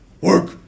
Work